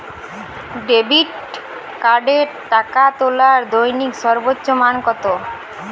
Debit কার্ডে টাকা তোলার দৈনিক সর্বোচ্চ মান কতো?